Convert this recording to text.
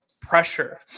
pressure